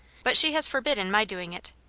but she has forbidden my doing it.